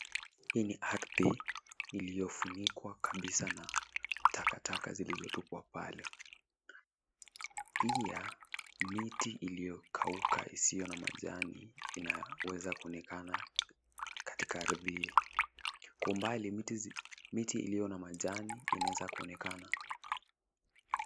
Hii ni ardhi iliyofunikwa kabisa na takataka zilizotupwa pale. Pia miti iliyokauka isiyo na majani inaweza kuonekana katika ardhi hio. Kwa umbali, miti iliyo na majani inaweza kuonekana.